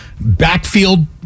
backfield